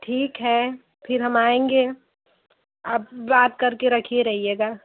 ठीक है फ़िर हम आएँगे आप बात करके रखे रहिएगा